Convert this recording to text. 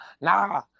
nah